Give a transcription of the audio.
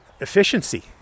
Efficiency